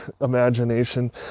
imagination